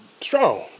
strong